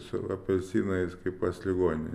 su apelsinais kaip pas ligonį